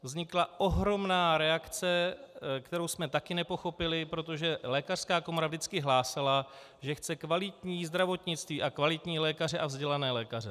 Vznikla ohromná reakce, kterou jsme taky nepochopili, protože lékařská komora vždycky hlásala, že chce kvalitní zdravotnictví a kvalitní lékaře a vzdělané lékaře.